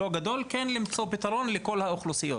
07/06/2023. אני מתכבד לפתוח את ישיבת ועדת